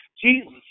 Jesus